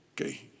Okay